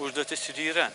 užduotis ir yra